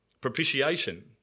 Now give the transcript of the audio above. propitiation